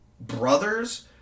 Brothers